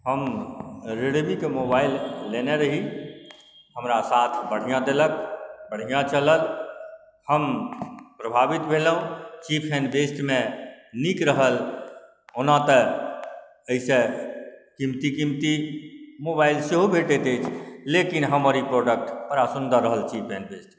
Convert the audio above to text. हम रेडमीके मोबाइल लेने रही हमरा साथ बढ़िआँ देलक बढ़िआँ चलल हम प्रभावित भेलहुँ चीप एण्ड बेस्टमे नीक रहल ओना तऽ एहिसँ कीमती कीमती मोबाइल सेहो भेटैत अछि लेकिन हमर ई प्रोडक्ट बड़ा सुन्दर रहल चीप एण्ड बेस्ट